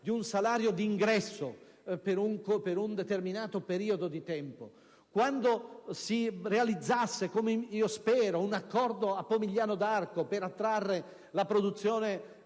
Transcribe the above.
di un salario di ingresso per un determinato periodo di tempo; quando si realizzasse, come io spero, un accordo a Pomigliano d'Arco per attrarre la produzione